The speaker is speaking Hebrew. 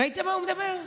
ראיתם מה הוא מדבר?